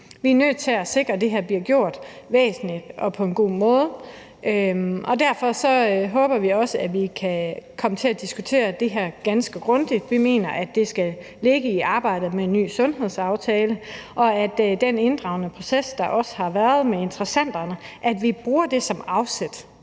Vi er nødt til at sikre, at det her bliver gjort til noget væsentligt og på en god måde, og derfor håber vi også, at vi kan komme til at diskutere det her ganske grundigt. Vi mener, at det skal ligge i arbejdet med en ny sundhedsaftale, og at den inddragende proces, der også har været med interessenterne, bliver brugt som afsæt.